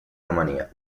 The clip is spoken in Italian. romania